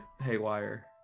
haywire